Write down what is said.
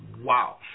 wow